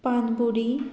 पानपुरी